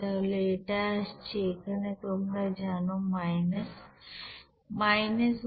তাহলে এটা আসছে এখানে তোমরা জানো যে 111759